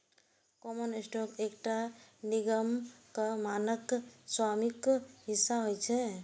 common stock एकटा निगमक मानक स्वामित्व हिस्सा होइ छै